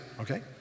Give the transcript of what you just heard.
okay